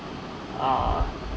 are